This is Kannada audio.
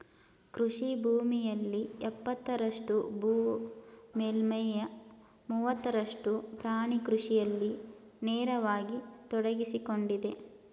ಕೃಷಿ ಭೂಮಿಯಲ್ಲಿ ಎಪ್ಪತ್ತರಷ್ಟು ಭೂ ಮೇಲ್ಮೈಯ ಮೂವತ್ತರಷ್ಟು ಪ್ರಾಣಿ ಕೃಷಿಯಲ್ಲಿ ನೇರವಾಗಿ ತೊಡಗ್ಸಿಕೊಂಡಿದೆ